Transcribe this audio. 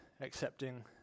accepting